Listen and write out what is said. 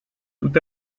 tout